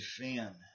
defend